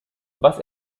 was